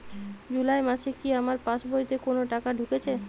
জুলাই মাসে কি আমার পাসবইতে কোনো টাকা ঢুকেছে?